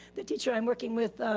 the teacher i'm working with,